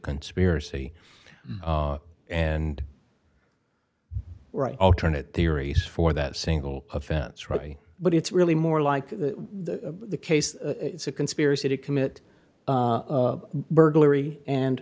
conspiracy and right alternative theories for that single offense right but it's really more like the case it's a conspiracy to commit burglary